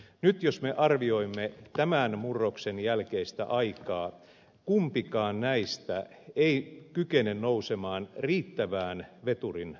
nyt jos me arvioimme tämän murroksen jälkeistä aikaa kumpikaan näistä ei kykene nousemaan riittävään veturin asemaan